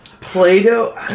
play-doh